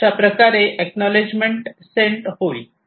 अशा प्रकारे acknowledgement send होईल